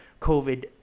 COVID